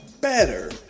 better